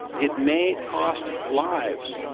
it may cost lives.